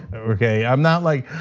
okay? i'm not like,